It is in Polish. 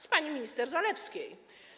Z pani minister Zalewskiej.